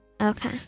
Okay